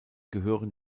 gehören